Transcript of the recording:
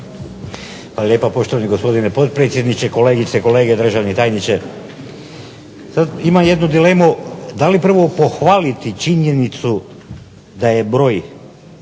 lijepa poštovani gospodine potpredsjedniče, kolegice i kolege, državni tajniče. Imam jednu dilemu, da li prvo pohvaliti činjenicu da je broj